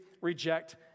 reject